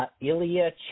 Ilya